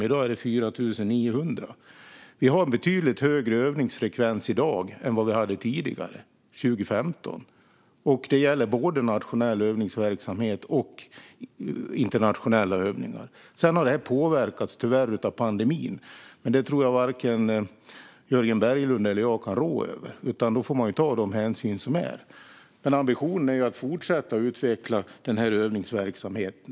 I dag är det 4 900. Vi har en betydligt högre övningsfrekvens i dag än vi hade tidigare, 2015, och det gäller både nationell övningsverksamhet och internationella övningar. Sedan har det påverkats, tyvärr, av pandemin, men det tror jag att varken Jörgen Berglund eller jag kan rå över, utan man får ta de hänsyn som krävs. Men ambitionen är att fortsätta utveckla övningsverksamheten.